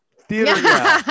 theater